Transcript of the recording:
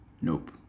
Nope